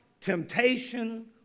temptation